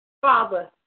Father